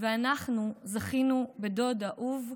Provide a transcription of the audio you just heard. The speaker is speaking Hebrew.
ואנחנו זכינו בדוד אהוב,